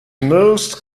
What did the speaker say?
most